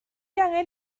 angen